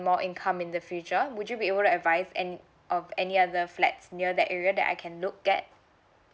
more income in the future would you be would advise and um any other flats near that area that I can look at